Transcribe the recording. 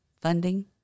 funding